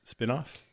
spinoff